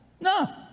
No